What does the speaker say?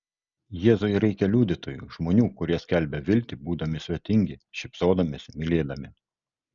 jėzui reikia liudytojų žmonių kurie skelbia viltį būdami svetingi šypsodamiesi mylėdami